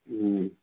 ꯎꯝ